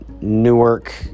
Newark